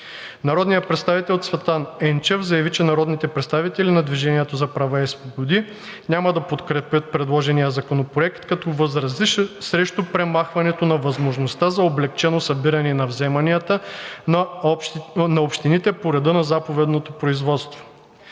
Народният представител Цветан Енчев заяви, че народните представители на „Движение за права и свободи“ няма да подкрепят предложения законопроект, като възрази срещу премахването на възможността за облекчено събиране на вземанията на общините по реда на заповедното производство.